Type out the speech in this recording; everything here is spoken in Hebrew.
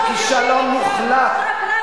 שהוא כישלון מוחלט.